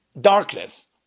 darkness